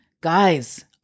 Guys